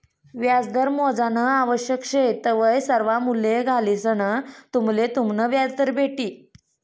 व्याजदर मोजानं आवश्यक शे तवय सर्वा मूल्ये घालिसंन तुम्हले तुमनं व्याजदर भेटी